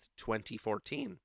2014